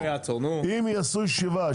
אם יעשו ישיבה,